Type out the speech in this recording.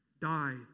die